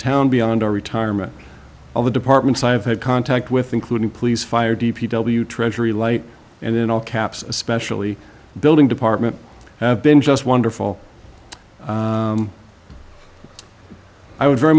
town beyond our retirement all the departments i have had contact with including police fire d p w treasury light and in all caps especially building department have been just wonderful i would very